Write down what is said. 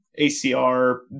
ACR